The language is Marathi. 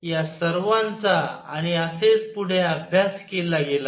या सर्वांचा आणि असेच पुढे अभ्यास केला गेला